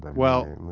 well,